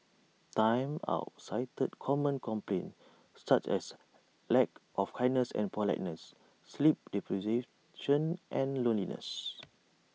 Time Out cited common complaints such as lack of kindness and politeness sleep and loneliness